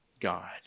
God